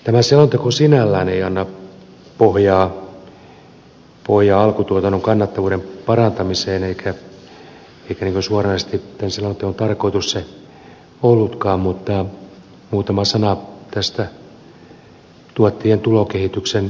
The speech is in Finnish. tämä selonteko sinällään ei anna pohjaa alkutuotannon kannattavuuden parantamiseen eikä se suoranaisesti tämän selonteon tarkoitus ollutkaan mutta muutama sana tuottajien tulokehityksen heikkenemisestä